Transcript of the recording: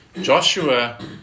Joshua